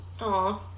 Aw